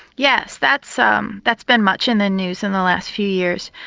yes, that's um that's been much in the news in the last few years.